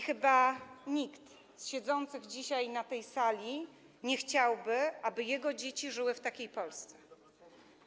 Chyba nikt z siedzących dzisiaj na tej sali nie chciałby, aby jego dzieci żyły w takiej Polsce.